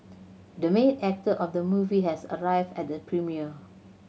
the main actor of the movie has arrived at the premiere